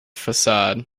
facade